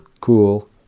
cool